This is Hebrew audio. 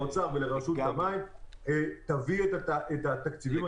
למשרד האוצר ולרשות המים תביא את התקציבים